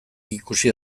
ikusi